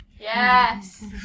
yes